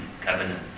covenant